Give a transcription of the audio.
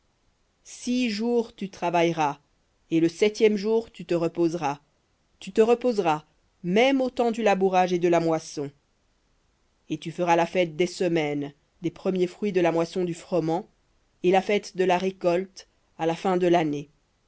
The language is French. six jours tu travailleras et le septième jour tu te reposeras tu te reposeras au temps du labourage et de la moisson et tu feras la fête des semaines des premiers fruits de la moisson du froment et la fête de la récolte à la fin de l'année